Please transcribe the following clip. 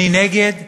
אני נגד,